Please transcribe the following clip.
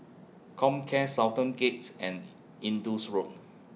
Comcare Sultan Gates and Indus Road